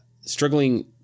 struggling